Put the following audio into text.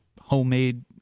homemade